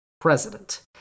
president